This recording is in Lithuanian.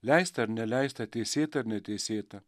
leista ar neleista teisėta ar neteisėta